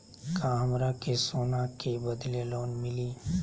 का हमरा के सोना के बदले लोन मिलि?